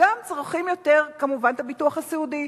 וגם צורכים יותר כמובן את הביטוח סיעודי.